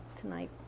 tonight